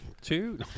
two